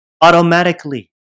automatically